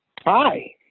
Hi